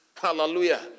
Hallelujah